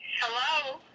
Hello